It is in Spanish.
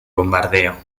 bombardeo